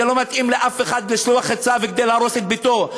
זה לא מתאים לאף אחד לשלוח צו כדי להרוס את ביתו.